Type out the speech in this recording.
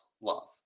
love